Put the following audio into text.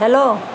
hello